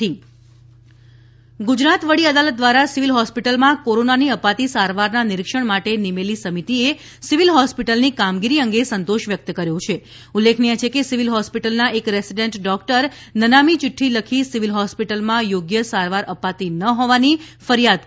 civil Gujarat વડી અદાલત ગુજરાત વડી અદાલત દ્વારા સિવિલ હોસ્પિટલમાં કોરોનાની અપાતી સારવારના નિરીક્ષણ માટે નિમેલી સમિતિએ સિવિલ હોસ્પિટલની કામગીરી અંગે સંતોષ વ્યક્ત કર્યો છે ઉલ્લેખનીય છે કે સિવિલ હોસ્પિટલના એક રેસીડેન્ટ ડોક્ટર નનામી ચીઠ્ઠી લખી સિવિલ હોસ્પિટલમાં યોગ્ય સારવાર અપાતી ન હોવાની ફરિયાદ કરી હતી